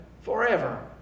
forever